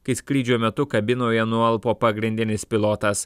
kai skrydžio metu kabinoje nualpo pagrindinis pilotas